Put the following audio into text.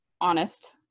honest